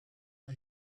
are